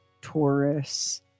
Taurus